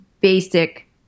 basic